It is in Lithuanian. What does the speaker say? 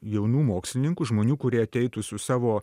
jaunų mokslininkų žmonių kurie ateitų su savo